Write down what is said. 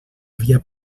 havia